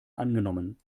angenommen